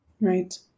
right